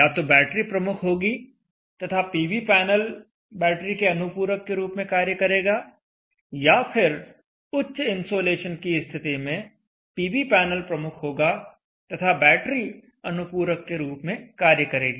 या तो बैटरी प्रमुख होगी तथा पीवी पैनल बैटरी के अनुपूरक के रूप में कार्य करेगा या फिर उच्च इन्सोलेशन की स्थिति में पीवी पैनल प्रमुख होगा तथा बैटरी अनुपूरक के रूप में कार्य करेगी